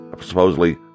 supposedly